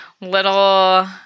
Little